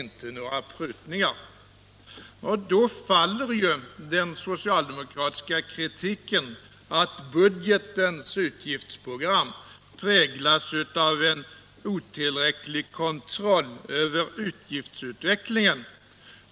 Då faller ju den socialdemokratiska kritiken att budgetens utgiftsprogram präglas av en otillräcklig kontroll över utgiftsutvecklingen.